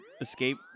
escape